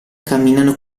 camminano